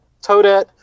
Toadette